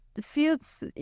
Feels